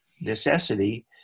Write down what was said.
necessity